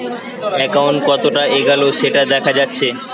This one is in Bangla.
একাউন্ট কতোটা এগাল সেটা দেখা যাচ্ছে